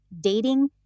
dating